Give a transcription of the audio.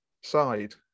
side